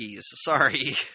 Sorry